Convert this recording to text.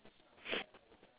with the sh~ goat